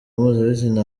mpuzabitsina